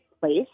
place